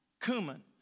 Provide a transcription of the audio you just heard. cumin